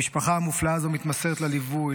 המשפחה המופלאה הזאת מתמסרת לליווי,